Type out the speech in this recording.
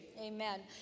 Amen